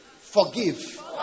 Forgive